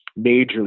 majorly